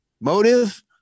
motive